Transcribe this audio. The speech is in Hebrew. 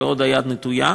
ועוד היד נטויה.